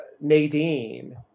nadine